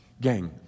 Gang